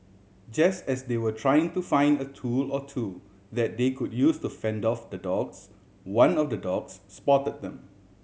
just as they were trying to find a tool or two that they could use to fend off the dogs one of the dogs spot them